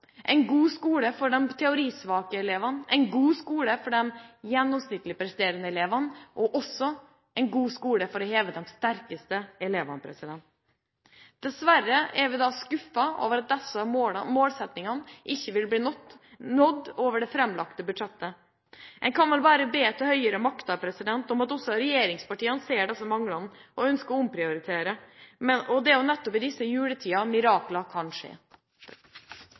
en god skole for alle – en god skole for de teorisvake elevene, en god skole for de gjennomsnittlig presterende elevene og en god skole for å heve de sterkeste elevene. Dessverre er vi skuffet over at disse målsettingene ikke vil bli nådd med det framlagte budsjettet. En kan vel bare be til høyere makter om at også regjeringspartiene ser disse manglene og ønsker å omprioritere. Og det er jo nettopp i disse juletider mirakler kan skje.